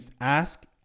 ask